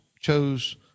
chose